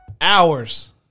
Hours